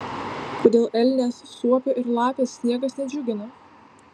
kodėl elnės suopio ir lapės sniegas nedžiugina